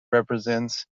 represents